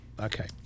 Okay